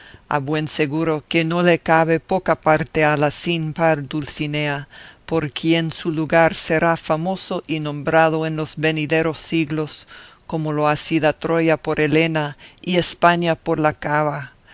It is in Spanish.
a buen seguro que no le cabe poca parte a la sin par dulcinea por quien su lugar será famoso y nombrado en los venideros siglos como lo ha sido troya por elena y españa por la cava